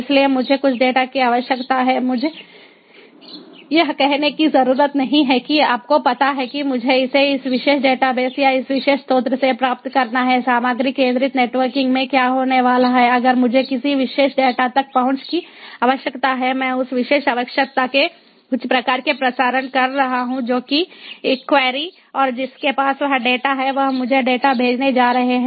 इसलिए मुझे कुछ डेटा की आवश्यकता है मुझे यह कहने की ज़रूरत नहीं है कि आपको पता है कि मुझे इसे इस विशेष डेटाबेस या इस विशेष स्रोत से प्राप्त करना है सामग्री केंद्रित नेटवर्किंग में क्या होने वाला है अगर मुझे किसी विशेष डेटा तक पहुंच की आवश्यकता है मैं उस विशेष आवश्यकता के कुछ प्रकार के प्रसारण कर रहा हूँ जो कि क्वेरी और जिसके पास वह डेटा है वह मुझे डेटा भेजने जा रहा है